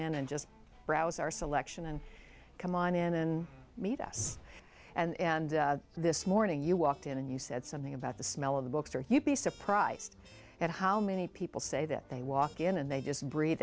in and just browse our selection and come on and then meet us and this morning you walked in and you said something about the smell of the books are you be surprised at how many people say that they walk in and they just breathe